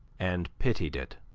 and pitied it.